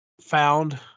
found